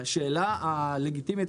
השאלה הלגיטימית,